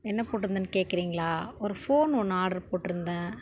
என்ன போட்டுருந்தன்னு கேக்கிறீங்களா ஒரு ஃபோன் ஒன்று ஆர்டரு போட்டிருந்தேன்